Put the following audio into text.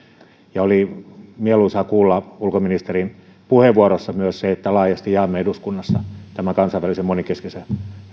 oli mieluisaa kuulla ulkoministerin puheenvuorosta myös se että laajasti jaamme eduskunnassa tämän kansainvälisen monenkeskisen